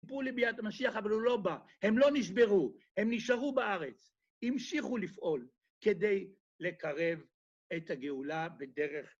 ציפו לביאת המשיח אבל הוא לא בא, הם לא נשברו, הם נשארו בארץ המשיכו לפעול כדי לקרב את הגאולה בדרך